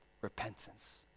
repentance